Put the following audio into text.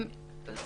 אם יורשה לי,